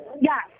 Yes